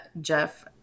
Jeff